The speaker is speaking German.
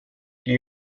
die